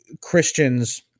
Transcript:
Christians